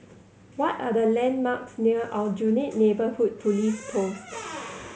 what are the landmarks near Aljunied Neighbourhood Police Post